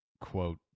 quote